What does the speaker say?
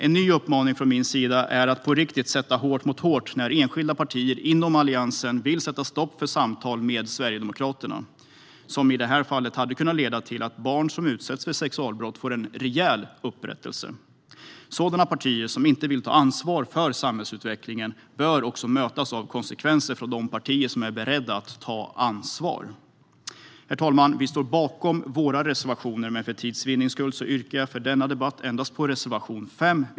En ny uppmaning från min sida är att man på riktigt ska sätta hårt mot hårt när enskilda partier inom Alliansen vill sätta stopp för samtal med Sverigedemokraterna, som i det här fallet hade kunnat leda till att barn som utsätts för sexualbrott skulle få en rejäl upprättelse. Partier som inte vill ta ansvar för samhällsutvecklingen bör mötas av konsekvenser från de partier som är beredda att ta ansvar. Herr talman! Vi står bakom våra reservationer, men för tids vinnande yrkar jag i denna debatt bifall endast till reservation 5.